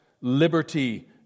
liberty